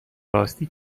راستی